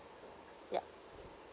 yeah